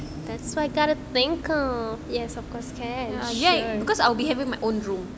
that's what I gotta think of yes of course can sure